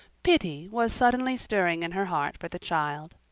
pity was suddenly stirring in her heart for the child.